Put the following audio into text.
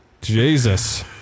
Jesus